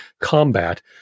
combat